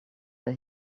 that